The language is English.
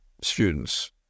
students